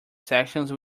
sections